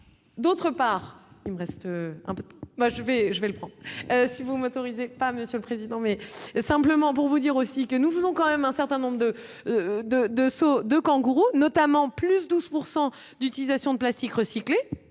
d'autre part, il me reste un peu, moi je vais, je vais le prend, si vous m'autorisez pas, Monsieur le Président, mais simplement pour vous dire aussi que nous faisons quand même un certain nombre de, de, de sauts de kangourou notamment plus 12 pourcent d'utilisation de plastique recyclé,